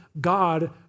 God